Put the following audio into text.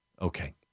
Okay